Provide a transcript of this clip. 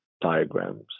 diagrams